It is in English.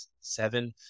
seven